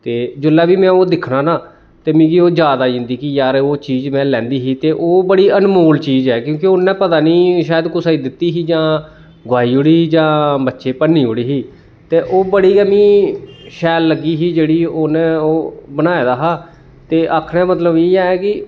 ते जिल्ले बी में ओह् दिक्खना ना ते मिगी ओह् याद आई जंदी कि यार ओह् चीज में लेआंदी ही ओह् बड़ी अनमोल चीज ऐ क्योंकि ओह् उ'न्नै पता नी शायद कुसै गी दिती ही जां गोआई ओड़ी ही जां बच्चें भन्नी ओड़ी ही ते ओह् बड़ी गै मी शैल लग्गी ही जेह्ड़ी उ'न्नै ओह् बनाए दा हा ते आखने दा मतलब इ'यै ऐ कि